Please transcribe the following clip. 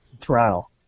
Toronto